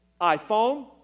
iPhone